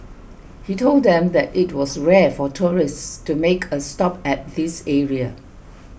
he told them that it was rare for tourists to make a stop at this area